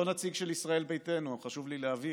לא נציג של ישראל ביתנו, חשוב לי להבהיר,